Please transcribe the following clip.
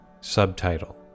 Subtitle